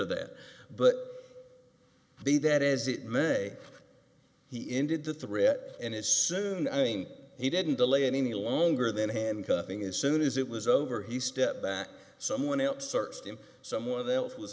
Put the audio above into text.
of that but be that as it may he ended the threat and as soon i think he didn't delay any longer than handcuffing as soon as it was over he stepped back someone else searched him someone else was